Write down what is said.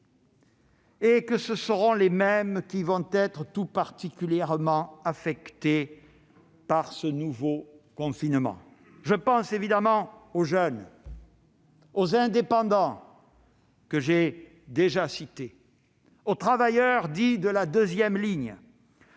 et que ce sont les mêmes qui seront tout particulièrement affectés par ce nouveau confinement ; je pense évidemment aux jeunes, aux indépendants, aux travailleurs dits « de la deuxième ligne